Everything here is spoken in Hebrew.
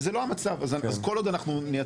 וזה לא המצב אז כל עוד אנחנו נייצר,